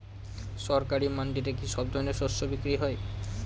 সরকারি মান্ডিতে কি সব ধরনের শস্য বিক্রি হয়?